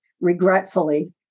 regretfully